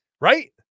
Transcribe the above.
right